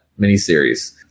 miniseries